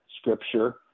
scripture